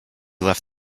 left